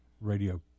radio